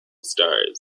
stars